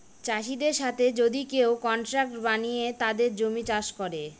চাষীদের সাথে যদি কেউ কন্ট্রাক্ট বানিয়ে তাদের জমি চাষ করে